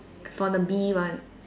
for the B one